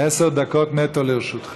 עשר דקות נטו לרשותך.